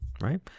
right